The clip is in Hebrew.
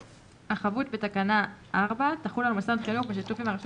החבות בתקנה 4 תחול על מוסד חינוך בשיתוף עם הרשות